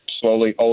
slowly